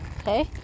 Okay